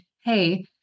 hey